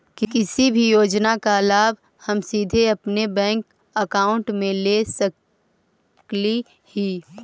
किसी भी योजना का लाभ हम सीधे अपने बैंक अकाउंट में ले सकली ही?